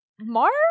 Mark